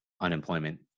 unemployment